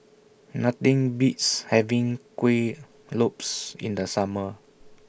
Nothing Beats having Kuih Lopes in The Summer